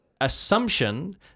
assumption